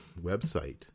website